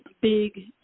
big